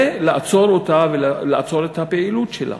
ולעצור אותה, ולעצור את הפעילות שלה.